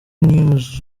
news